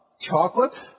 Chocolate